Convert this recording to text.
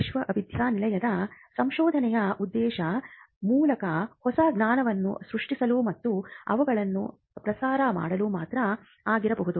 ವಿಶ್ವವಿದ್ಯಾನಿಲಯ ಸಂಶೋಧನೆಯ ಉದ್ದೇಶ ಮೂಲಕ ಹೊಸ ಜ್ಞಾನವನ್ನು ಸೃಷ್ಟಿಸಲು ಮತ್ತು ಅವುಗಳನ್ನು ಪ್ರಸಾರ ಮಾಡಲು ಮಾತ್ರ ಆಗಿರಬಹುದು